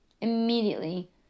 Immediately